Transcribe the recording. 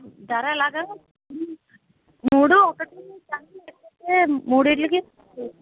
ధర ఎలాగా మూడు ఒకటి మూడింటికీ